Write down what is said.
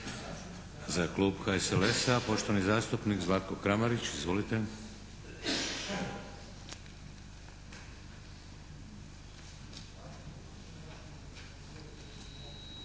Za klub HSLS-a, poštovani zastupnik Zlatko Kramarić. Izvolite.